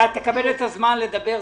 אתה תקבל את הזמן לדבר,